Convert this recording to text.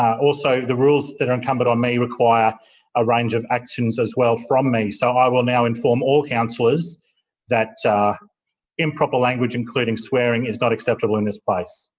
also the rules that are incumbent upon um me require a range of action as well, from me, so i will now inform all councillors that improper language including swearing is not acceptable in this place.